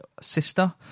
sister